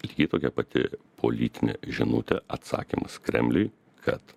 lygiai tokia pati politinė žinutė atsakymas kremliui kad